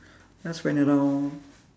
just went around